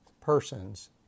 persons